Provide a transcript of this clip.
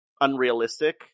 unrealistic